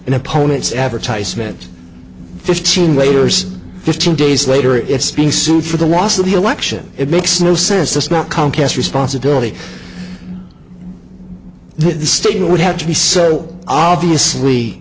an opponent's advertisement fifteen waiters fifteen days later it's being sued for the loss of the election it makes no sense that's not comcast responsibility this statement would have to be so obviously